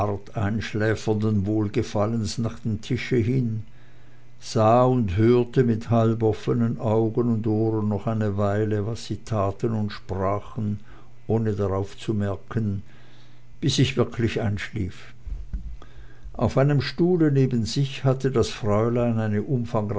einschläfernden wohlgefallens nach dem tische hin sah und hörte mit halboffenen augen und ohren noch eine weile was sie taten und sprachen ohne darauf zu merken bis ich wirklich einschlief auf einem stuhle neben sich hatte das fräulein eine